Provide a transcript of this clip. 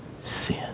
sin